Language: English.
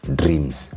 dreams